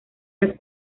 las